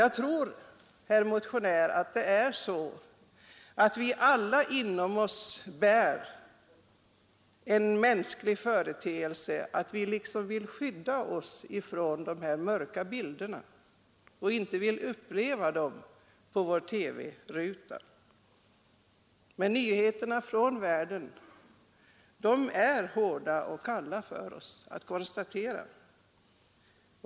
Jag tror, herr motionär, att vi alla inom oss bär det mänskliga draget att vi liksom vill skydda oss mot upplevelsen av de här mörka bilderna i TV-rutan. Men nyheterna utifrån världen är hårda och kalla för oss att konstatera.